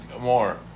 more